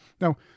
Now